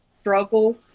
struggle